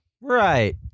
Right